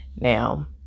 Now